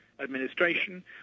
administration